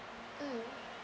mm